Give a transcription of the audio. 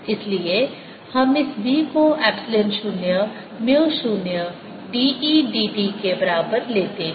इसलिए हम इस v को epsilon 0 mu 0 d e dt के बराबर लेते हैं